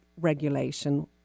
regulation